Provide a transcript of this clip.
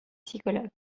psychologue